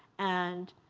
and